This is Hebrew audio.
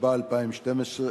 התשע"ב 2012,